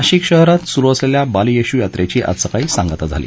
नाशिक शहरात सुरू असलेल्या बाल येशू यात्रेची आज सकाळी सांगता झाली